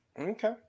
Okay